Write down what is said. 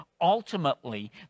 ultimately